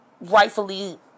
rightfully